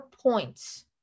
points